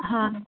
হয়